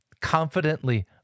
Confidently